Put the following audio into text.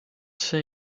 see